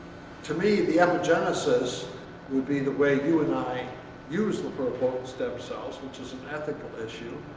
to me, the epigenesis would be the way you and i use the pluripotent stem cells, which is an ethical issue,